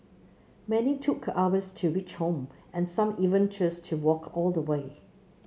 many took hours to reach home and some even chose to walk all the way